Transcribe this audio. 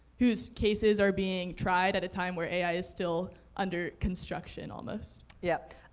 whose cases are being tried at a time when ai is still under construction, almost? yep,